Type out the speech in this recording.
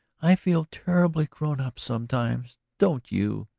i feel terribly grown up sometimes, don't you?